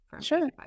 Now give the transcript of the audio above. Sure